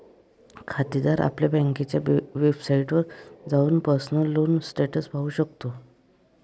खातेदार आपल्या बँकेच्या वेबसाइटवर जाऊन पर्सनल लोन स्टेटस पाहू शकतो